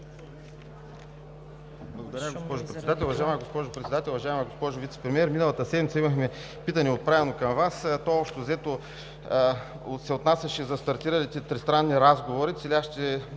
Благодаря, госпожо Председател. Уважаема госпожо Председател, уважаема госпожо Вицепремиер! Миналата седмица имахме питане, отправено към Вас. То, общо взето, се отнасяше за стартиралите тристранни разговори, целящи